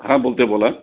हां बोलतो आहे बोला